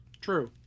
True